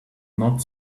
not